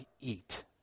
eat